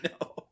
No